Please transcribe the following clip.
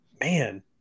man